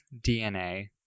DNA